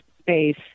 space